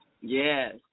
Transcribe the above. yes